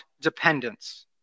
dependence